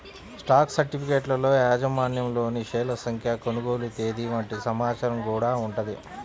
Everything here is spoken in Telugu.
స్టాక్ సర్టిఫికెట్లలో యాజమాన్యంలోని షేర్ల సంఖ్య, కొనుగోలు తేదీ వంటి సమాచారం గూడా ఉంటది